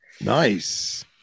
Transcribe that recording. Nice